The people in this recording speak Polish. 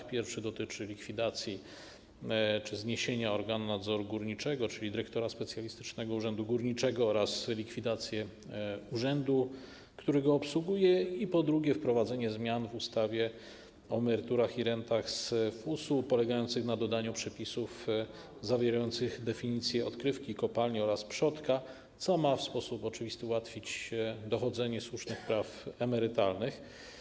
Po pierwsze, dotyczy likwidacji czy zniesienia organu nadzoru górniczego, czyli dyrektora Specjalistycznego Urzędu Górniczego, oraz likwidacji urzędu, który go obsługuje, po drugie, zakłada wprowadzenie zmian w ustawie o emeryturach i rentach z FUS-u polegających na dodaniu przepisów zawierających definicję odkrywki kopalni oraz przodka, co ma w sposób oczywisty ułatwić dochodzenie słusznych praw emerytalnych.